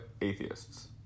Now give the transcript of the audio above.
atheists